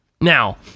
Now